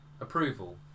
approval